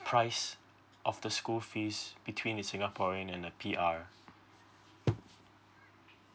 price of the school fees between a singaporean and a P_R